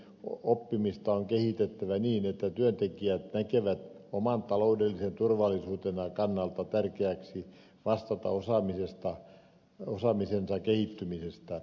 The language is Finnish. elinikäistä oppimista on kehitettävä niin että työntekijät näkevät oman taloudellisen turvallisuutensa kannalta tärkeäksi vastata osaamisensa kehittymisestä